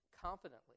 confidently